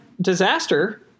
disaster